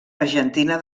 argentina